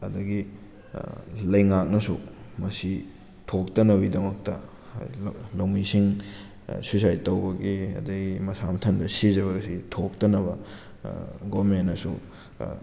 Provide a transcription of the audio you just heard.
ꯑꯗꯒꯤ ꯂꯩꯉꯥꯛꯅꯁꯨ ꯃꯁꯤ ꯊꯣꯛꯇꯅꯕꯒꯤꯗꯃꯛꯇ ꯂꯧꯃꯤꯁꯤꯡ ꯁꯨꯏꯁꯥꯏꯠ ꯇꯧꯕꯒꯤ ꯑꯗꯩ ꯃꯁꯥ ꯃꯊꯟꯇ ꯁꯤꯖꯕꯁꯤ ꯊꯣꯛꯇꯅꯕ ꯒꯣꯔꯃꯦꯟꯅꯁꯨ